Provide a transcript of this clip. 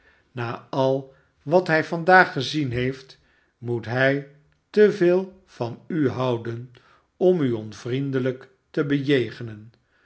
na al wat hij vandaag gezien heeft moet hij te veel van u houden om u onvriendelijk te bejegenen